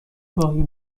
گاهی